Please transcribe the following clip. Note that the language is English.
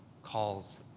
calls